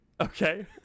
Okay